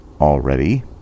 already